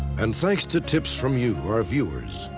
and thanks to tips from you, our viewers,